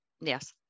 Yes